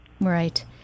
Right